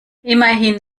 immerhin